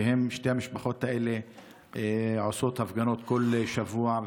שתי המשפחות האלה עושות הפגנות כל שבוע,